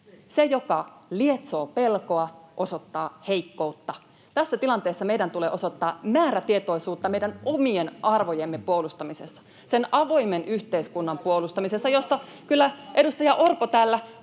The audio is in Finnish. Se, joka lietsoo pelkoa, osoittaa heikkoutta. Tässä tilanteessa meidän tulee osoittaa määrätietoisuutta meidän omien arvojemme puolustamisessa, sen avoimen yhteiskunnan puolustamisessa, josta kyllä edustaja Orpo täällä